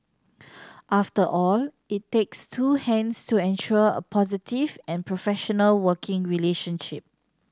after all it takes two hands to ensure a positive and professional working relationship